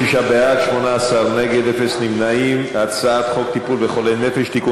את הצעת חוק טיפול בחולי נפש (תיקון